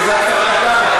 איזה התרת דם?